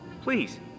please